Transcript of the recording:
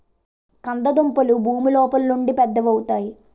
కంద దుంపలు భూమి లోపలుండి పెద్దవవుతాయి